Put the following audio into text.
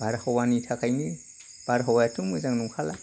बारहावानि थाखायनो बारहावायाथ' मोजां नंखाला